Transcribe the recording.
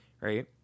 right